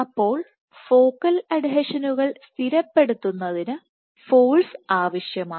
അപ്പോൾ ഫോക്കൽ അഡ്ഹീഷനുകൾ സ്ഥിരപ്പെടുത്തുന്നതിന് ഫോഴ്സ് ആവശ്യമാണ്